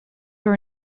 were